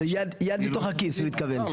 יד בתוך הכיס הוא התכוון.